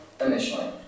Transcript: initially